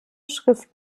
schrift